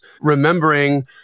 remembering